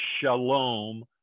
shalom